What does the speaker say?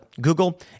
Google